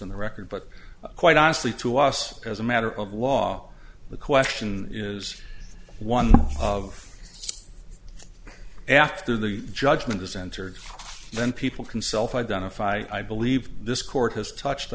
on the record but quite honestly to us as a matter of law the question is one of after the judgment is entered then people can self identify believe this court has touched